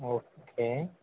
okay